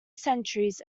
centuries